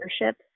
leadership